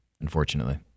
unfortunately